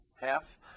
half